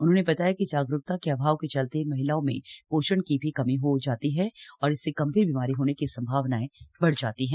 उन्होंने बताया कि जागरूकता के अभाव के चलते इन महिलाओं में पोषण की भी कमी हो जाती है और इससे गंभीर बीमारी होने की संभावना बढ़ जाती है